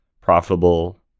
profitable